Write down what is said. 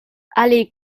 allée